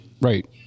right